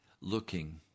looking